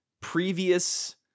previous